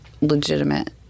legitimate